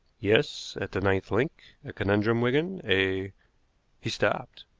yes, at the ninth link. a conundrum, wigan. a he stopped.